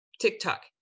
TikTok